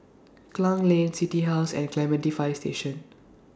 Klang Lane City House and Clementi Fire Station